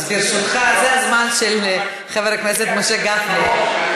ברשותך, זה הזמן של חבר הכנסת משה גפני.